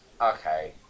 Okay